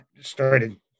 started